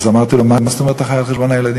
אז אמרתי לו: מה זאת אומרת אתה חי על חשבון הילדים?